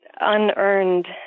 unearned